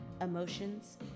emotions